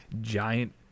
giant